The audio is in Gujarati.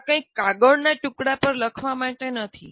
આ કંઈક કાગળના ટુકડા પર લખવા માટે નથી